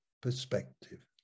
perspective